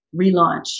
relaunch